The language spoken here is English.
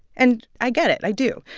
and i get it. i do.